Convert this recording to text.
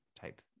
type